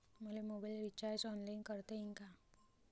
मले mobile recharge online करता येईन का?